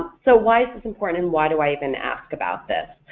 so why is this important, and why do i even ask about this?